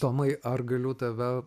tomai ar galiu tave